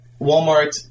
Walmart